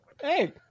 Hey